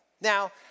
Now